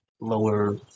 lower